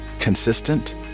consistent